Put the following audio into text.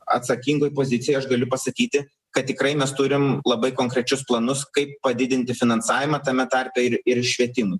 atsakingoj pozicijoj aš galiu pasakyti kad tikrai mes turim labai konkrečius planus kaip padidinti finansavimą tame tarpe ir ir švietimui